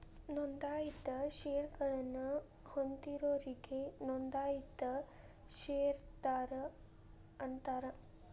ನೋಂದಾಯಿತ ಷೇರಗಳನ್ನ ಹೊಂದಿದೋರಿಗಿ ನೋಂದಾಯಿತ ಷೇರದಾರ ಅಂತಾರ